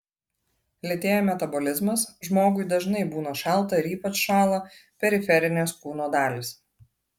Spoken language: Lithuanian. lėtėja metabolizmas žmogui dažnai būna šalta ir ypač šąla periferinės kūno dalys